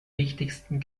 wichtigsten